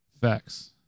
facts